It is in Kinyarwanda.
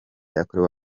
yakorewe